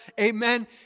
Amen